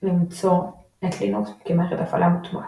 למצוא את לינוקס כמערכת ההפעלה מוטמעת,